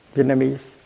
Vietnamese